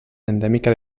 endèmica